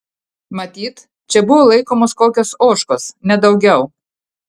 matyt čia buvo laikomos kokios ožkos nedaugiau